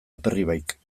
aperribaik